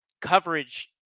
coverage